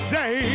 day